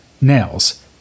nails